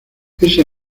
ese